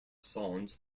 songs